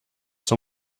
zur